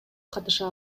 катыша